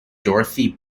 dorothy